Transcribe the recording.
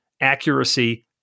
accuracy